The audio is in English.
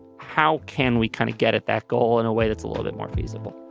how can we kind of get at that goal in a way that's a little bit more feasible